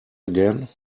again